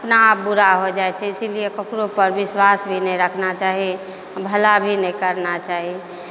अपना बुरा हो जाइ छै इसीलिये ककरोपर विश्वास भी नहि रखना चाही भला भी नहि करना चाही